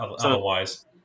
otherwise